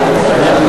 אני מוכרח לומר,